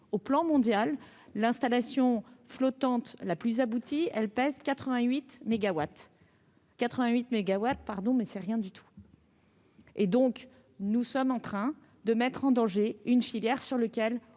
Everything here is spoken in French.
au plan mondial, l'installation flottante, la plus aboutie, elle pèse 88 mégawatts. 88 mégawatts, pardon mais c'est rien du tout. Et donc nous sommes en train de mettre en danger une filière sur lequel